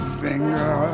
finger